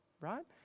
right